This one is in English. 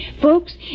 Folks